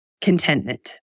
Contentment